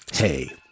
Hey